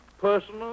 personal